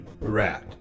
rat